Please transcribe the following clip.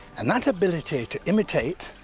and that ability to imitate,